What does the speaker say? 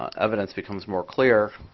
ah evidence becomes more clear,